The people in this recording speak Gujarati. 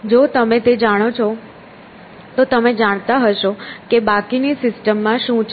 જો તમે તે જાણો છો તો તમે જાણતા હશો કે બાકીની સિસ્ટમમાં શું છે